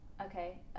okay